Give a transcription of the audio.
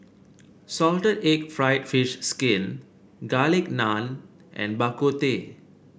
Salted Egg fried fish skin Garlic Naan and Bak Kut Teh